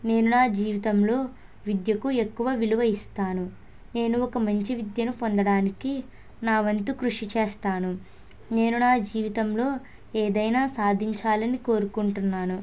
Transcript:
నేను నా జీవితంలో విద్యకు ఎక్కువ విలువ ఇస్తాను నేను ఒక మంచి విద్యను పొందడానికి నా వంతు కృషి చేస్తాను నేను నా జీవితంలో ఏదైనా సాధించాలని కోరుకుంటున్నాను